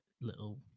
little